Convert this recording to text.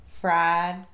fried